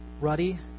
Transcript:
ruddy